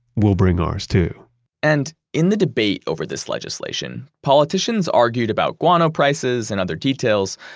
we'll bring ours, too and in the debate over this legislation, politicians argued about guano prices and other details,